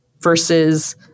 versus